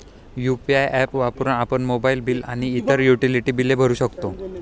UPI apps वापरून आपण mobile bill आणि इतर युटिलिटी बिले भरू शकतो